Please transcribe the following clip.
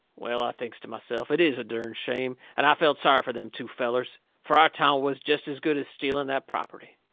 well, i thinks to myself, it is a dern shame, and i felt sorry fur them two fellers. fur our town was jest as good as stealing that property.